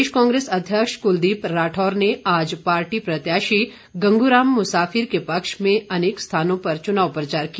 प्रदेश कांग्रेस अध्यक्ष कुलदीप राठौर ने आज पार्टी प्रत्याशी गंगूराम मुसाफिर के पक्ष में अनेक स्थानों पर चुनाव प्रचार किया